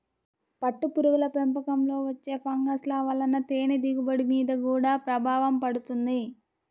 పట్టుపురుగుల పెంపకంలో వచ్చే ఫంగస్ల వలన తేనె దిగుబడి మీద గూడా ప్రభావం పడుతుంది